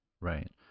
Right